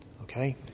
okay